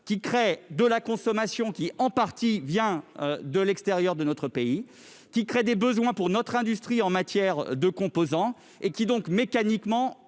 qui procède de la consommation issue, en partie, de l'extérieur de notre pays et qui crée des besoins pour notre industrie en matière de composants, ce qui augmente mécaniquement